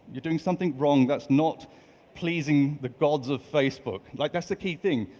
you're doing something wrong that's not pleasing the gods of facebook, like that's the key thing.